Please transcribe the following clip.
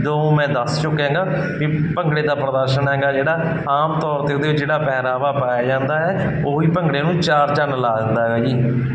ਜੋ ਮੈਂ ਦੱਸ ਚੁੱਕਿਆ ਹੈਗਾ ਵੀ ਭੰਗੜੇ ਦਾ ਪ੍ਰਦਰਸ਼ਨ ਹੈਗਾ ਜਿਹੜਾ ਆਮ ਤੌਰ 'ਤੇ ਉਹਦੇ ਵਿੱਚ ਜਿਹੜਾ ਪਹਿਰਾਵਾ ਪਾਇਆ ਜਾਂਦਾ ਹੈ ਉਹੀ ਭੰਗੜੇ ਨੂੰ ਚਾਰ ਚੰਨ ਲਾ ਦਿੰਦਾ ਹੈਗਾ ਜੀ